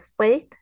faith